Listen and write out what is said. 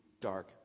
dark